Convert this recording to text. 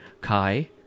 Kai